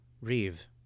Reeve